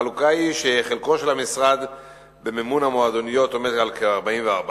החלוקה היא: חלקו של המשרד במימון המועדוניות עומד על 44%,